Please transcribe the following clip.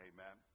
Amen